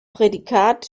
prädikat